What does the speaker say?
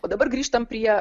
o dabar grįžtam prie